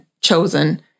chosen